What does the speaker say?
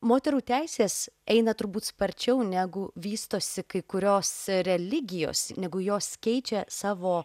moterų teisės eina turbūt sparčiau negu vystosi kai kurios religijos negu jos keičia savo